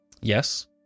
Yes